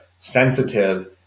Sensitive